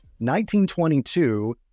1922